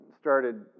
started